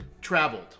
traveled